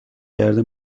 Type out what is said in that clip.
کرده